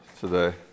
today